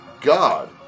God